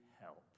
help